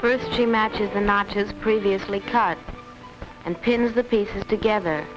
first she matches and not as previously cut and pins the pieces together